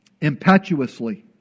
impetuously